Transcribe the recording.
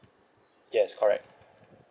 yes correct